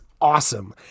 awesome